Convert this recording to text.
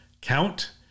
count